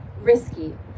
risky